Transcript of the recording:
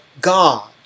God